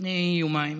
לפני יומיים